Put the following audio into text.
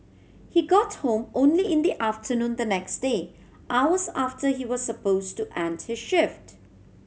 he got home only in the afternoon the next day hours after he was suppose to end his shift